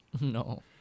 No